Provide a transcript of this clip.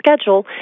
schedule